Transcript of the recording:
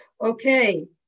Okay